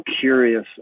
curious